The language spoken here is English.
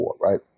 right